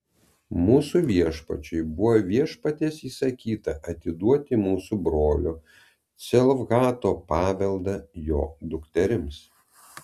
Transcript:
mūsų viešpačiui buvo viešpaties įsakyta atiduoti mūsų brolio celofhado paveldą jo dukterims